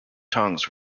tongues